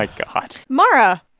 like god mara,